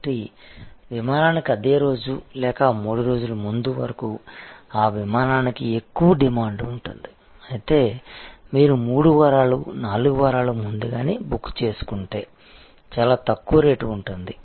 కాబట్టి విమానానికి అదే రోజు లేక మూడు రోజులు ముందు వరకూ ఆ విమానానికి ఎక్కువ డిమాండ్ ఉంటుంది అయితే మీరు 3 వారాలు 4 వారాల ముందుగానే బుక్ చేసుకుంటే చాలా తక్కువ రేటు ఉండవచ్చు